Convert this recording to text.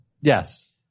Yes